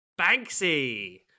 Banksy